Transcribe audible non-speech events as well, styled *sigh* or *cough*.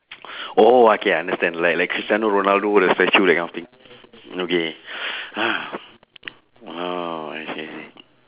*noise* oh okay I understand like like cristiano-ronaldo the statue that kind of thing okay *breath* oh I see I see